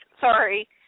Sorry